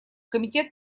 комитет